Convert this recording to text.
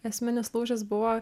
esminis lūžis buvo